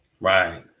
Right